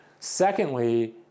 Secondly